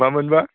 मामोनबा